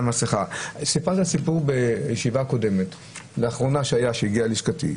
סיפרתי סיפור בישיבה הקודמת שהיה לאחרונה והגיע ללשכתי.